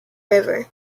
river